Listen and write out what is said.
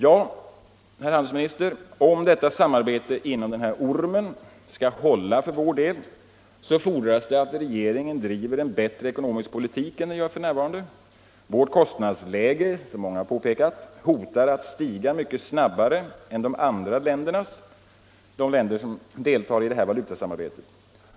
Ja, herr handelsminister, men om samarbetet inom ”ormen” skall hålla för vår del fordras det att regeringen bedriver en bättre ekonomisk politik än den för närvarande gör. Vårt kostnadsläge — det har många påpekat —- hotar att stiga mycket snabbare än kostnadsläget i de andra länder som deltar i detta valutasamarbete.